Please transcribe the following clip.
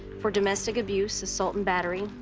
for domestic abuse, assault and battery,